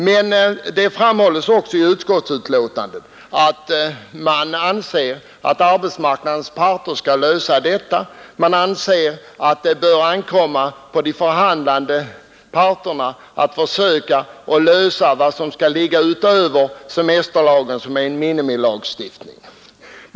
Men det framhålls också i utskottsbetänkandet att utskottet anser att det bör ankomma på arbetsmarknadens parter att söka lösa detta problem och avtalsvägen göra upp om vad som skall gå utöver semesterlagen, som är en minimilagstiftning.